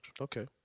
Okay